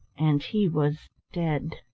and he was dead.